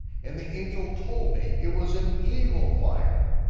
and the angel told me it was an evil fire.